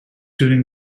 during